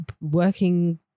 working